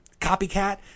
Copycat